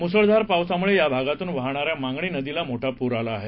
मुसळधार पावसामुळे या भागातून वाहणाऱ्या मांगणी नदीला मोठा पूर आला आहे